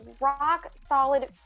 rock-solid